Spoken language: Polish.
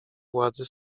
władzy